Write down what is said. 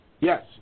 Yes